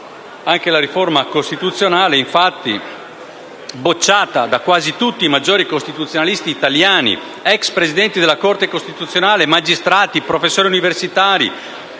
Anche la riforma costituzionale, infatti, bocciata da quasi tutti i maggiori costituzionalisti italiani (ex presidenti della Corte costituzionale, magistrati, professori universitari